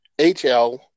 HL